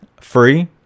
free